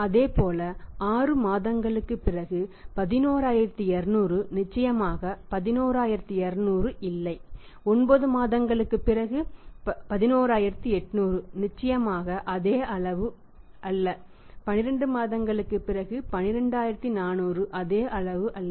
அதேபோல் 6 மாதங்களுக்குப் பிறகு 11200 நிச்சயமாக 11200 இல்லை 9 மாதங்களுக்குப் பிறகு 11800 நிச்சயமாக அதே அளவு அல்ல 12 மாதத்திற்குப் பிறகு 12400 அதே அளவு அல்ல